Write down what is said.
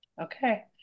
Okay